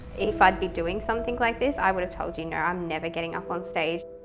if i'd be doing something like this, i would have told you no, i'm never getting up on stage.